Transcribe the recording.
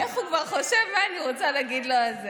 איך הוא כבר חושב מה אני רוצה להגיד לו על זה.